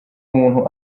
umuntu